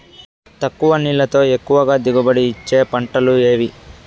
తక్కువ నీళ్లతో ఎక్కువగా దిగుబడి ఇచ్చే పంటలు ఏవి?